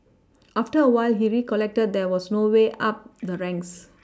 after a while he recollected there was no way up the ranks